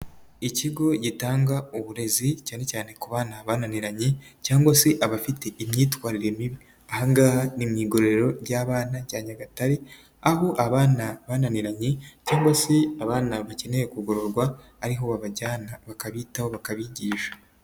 Ikigo gitanga uburezi cyane cyane ku bana bananiranye cyangwa se abafite imyitwarire mibi aha ngaha ni mu igororero ry'abana rya Nyagatare aho abana bananiranye cyangwa se abana bakeneye kugororwa ariho babajyana bakabitaho bakabigisha.